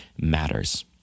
matters